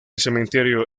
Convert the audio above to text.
cementerio